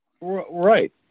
Right